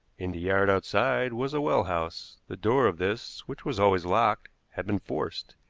in the yard outside was a well-house. the door of this, which was always locked, had been forced,